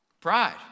Pride